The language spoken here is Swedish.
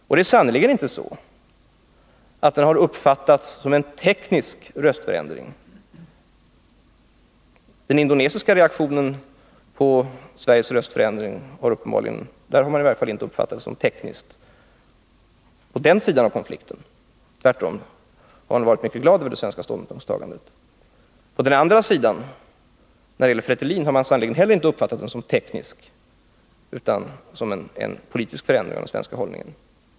Och det är sannerligen inte så att röstförändringen har uppfattats som teknisk. På den indonesiska sidan i konflikten har man i varje fall inte uppfattat den som teknisk — tvärtom. Där har man varit mycket glad över det svenska ställningstagandet. Och den andra sidan, FRETILIN, har sannerligen inte heller uppfattat det som en teknisk utan som en politisk förändring av den svenska hållningen.